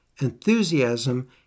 enthusiasm